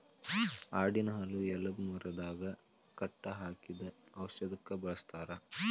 ಆಡಿನ ಹಾಲು ಎಲಬ ಮುರದಾಗ ಕಟ್ಟ ಹಾಕಿದಾಗ ಔಷದಕ್ಕ ಬಳಸ್ತಾರ